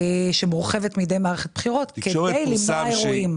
שמורחבת מדי מערכת בחירות כדי למנוע אירועים.